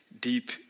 deep